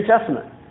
Testament